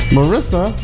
Marissa